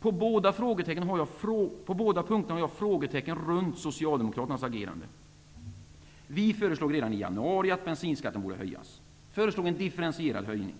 På båda dessa punkter har jag frågetecken när det gäller Socialdemokraternas agerande. Vi sade redan i januari att bensinskatten borde höjas. Vi föreslog en differentierad höjning.